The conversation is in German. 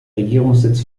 regierungssitz